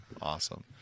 Awesome